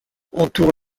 entoure